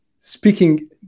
speaking